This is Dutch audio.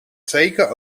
zeker